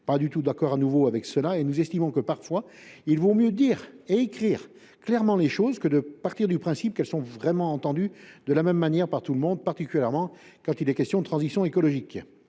pas du tout d’accord, et nous estimons que, parfois, il vaut mieux dire et écrire clairement les choses que de partir du principe qu’elles sont vraiment comprises de la même manière par tout le monde, particulièrement quand il est question de transition écologique.